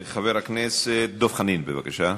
חבר הכנסת דב חנין, בבקשה.